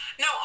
no